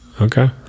Okay